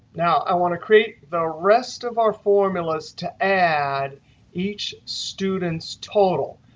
now i want to create the rest of our formulas to add each student's total.